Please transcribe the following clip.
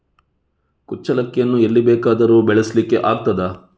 ಕುಚ್ಚಲಕ್ಕಿಯನ್ನು ಎಲ್ಲಿ ಬೇಕಾದರೂ ಬೆಳೆಸ್ಲಿಕ್ಕೆ ಆಗ್ತದ?